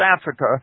Africa